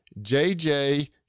JJ